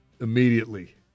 immediately